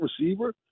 receiver